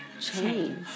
change